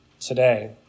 today